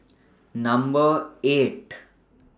Number eight